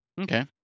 Okay